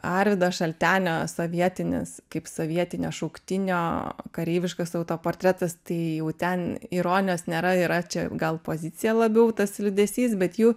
arvydo šaltenio sovietinis kaip sovietinio šauktinio kareiviškas autoportretas tai jau ten ironijos nėra yra čia gal pozicija labiau tas liūdesys bet jų